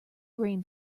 grain